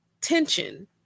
tension